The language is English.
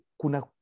Kuna